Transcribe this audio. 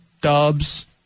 Dubs